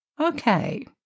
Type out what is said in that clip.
Okay